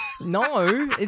No